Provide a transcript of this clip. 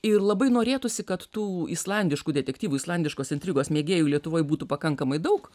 ir labai norėtųsi kad tų islandiškų detektyvų islandiškos intrigos mėgėjų lietuvoj būtų pakankamai daug